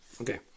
Okay